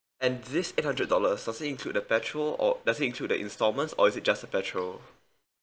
and this eight hundred dollars does it include the petrol or does it include the instalments or is it just a petrol